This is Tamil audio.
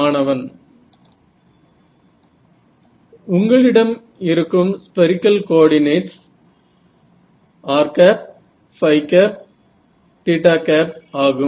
மாணவன் உங்களிடம் இருக்கும் ஸ்பெரிக்கல் கோஆர்டிநேட்ஸ் r ஆகும்